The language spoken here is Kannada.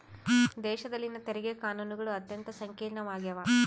ದೇಶಗಳಲ್ಲಿನ ತೆರಿಗೆ ಕಾನೂನುಗಳು ಅತ್ಯಂತ ಸಂಕೀರ್ಣವಾಗ್ಯವ